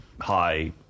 high